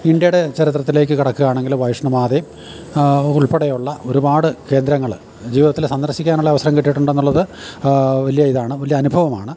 ഇൻഡ്യയുടെ ചരിത്രത്തിലേക്കു കടക്കുകയാണെങ്കില് വൈഷ്ണോമാതയും ഉൾപ്പെടെയുള്ള ഒരുപാട് കേന്ദ്രങ്ങള് ജീവിതത്തില് സന്ദർശിക്കാനുള്ള അവസരം കിട്ടിയിട്ടുണ്ടെന്നുള്ളത് വലിയ ഇതാണ് വലിയ അനുഭവമാണ്